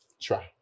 try